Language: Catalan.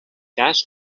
cas